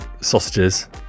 sausages